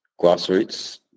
grassroots